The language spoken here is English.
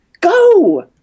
go